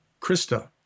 Krista